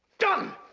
done!